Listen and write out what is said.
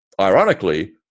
ironically